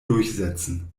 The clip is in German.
durchsetzen